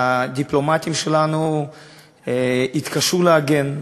והדיפלומטים שלנו התקשו להגן,